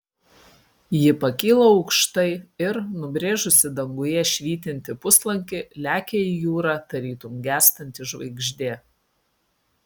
ji pakyla aukštai ir nubrėžusi danguje švytintį puslankį lekia į jūrą tarytum gęstanti žvaigždė